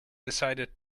decided